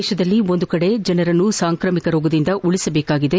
ದೇಶದಲ್ಲಿ ಒಂದು ಕಡೆ ಜನರನ್ನು ಸಾಂಕ್ರಾಮಿಕ ರೋಗದಿಂದ ಉಳಸಬೇಕಿದೆ